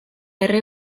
erre